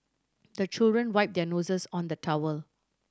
the children wipe their noses on the towel